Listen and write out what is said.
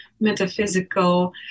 metaphysical